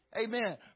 Amen